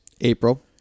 april